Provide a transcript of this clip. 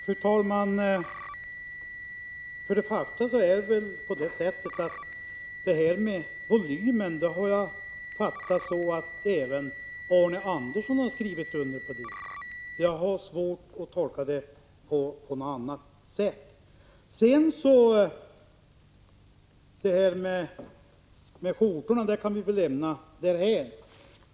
Fru talman! För att till att börja med återkomma till frågan om volymen vill jag säga att jag uppfattade saken så att den var någonting som även Arne Andersson har skrivit under på. Jag har svårt att tolka det på något annat sätt. Talet om skjortan kan vi väl lämna därhän.